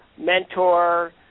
mentor